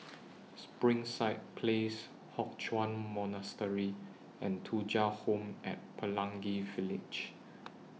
Springside Place Hock Chuan Monastery and Thuja Home At Pelangi Village